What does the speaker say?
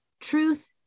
Truth